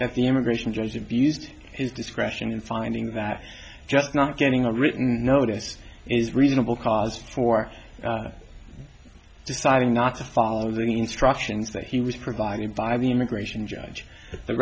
that the immigration judge abused his discretion in finding that just not getting a written notice is reasonable cause for deciding not to follow the instructions that he was provided by the immigration judge the